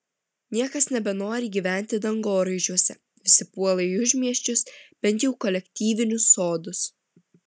niekas nebenori gyventi dangoraižiuose visi puola į užmiesčius bent jau kolektyvinius sodus